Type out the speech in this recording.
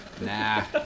Nah